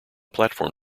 platform